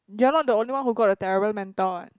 you're not the only one who got a terrible mentor what